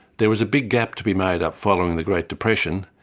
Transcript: there was a big gap to be made up following the great depression,